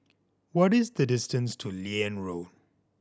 what is the distance to Liane Road